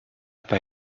pas